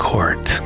Court